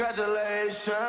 Congratulations